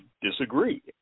disagree